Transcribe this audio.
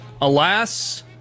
Alas